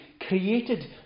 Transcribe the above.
created